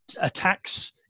attacks